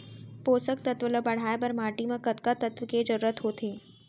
पोसक तत्व ला बढ़ाये बर माटी म कतका तत्व के जरूरत होथे?